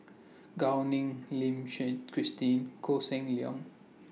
Gao Ning Lim Suchen Christine Koh Seng Leong